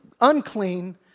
unclean